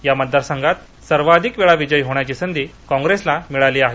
या मतदार संघात सर्वाधिक वेळा विजयी होण्याची संधी कॉप्रेसला मिळाली आहे